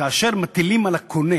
שכאשר מטילים על הקונה